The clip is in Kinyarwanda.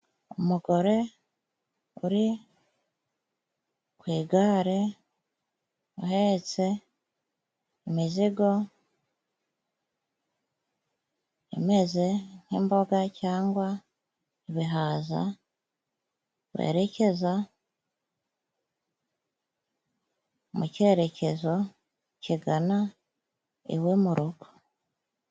Umugore uri ku igare uhetse imizigo imeze nk'imboga cyangwa ibihaza. Werekeza mu cyerekezo kigana iwe mu rugo.